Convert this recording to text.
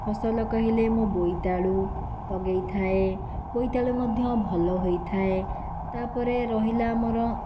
ଫସଲ କହିଲେ ମୁଁ ବୋଇତାଳୁ ଲଗାଇଥାଏ ବୋଇତାଳୁ ମଧ୍ୟ ଭଲ ହୋଇଥାଏ ତା ପରେ ରହିଲା ଆମର